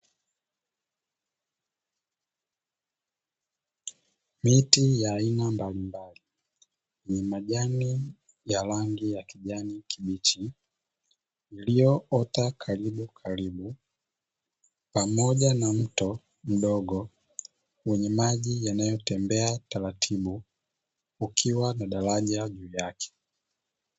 Miti ya aina mbalimbali yenye majani ya rangi ya kijani kibichi iloyoota karibu karibu, pamoja na mto mdogo wenye maji yanayotembea taratibu ukiwa na daraja juu take.